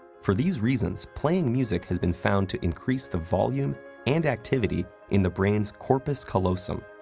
for these reasons, playing music has been found to increase the volume and activity in the brain's corpus callosum,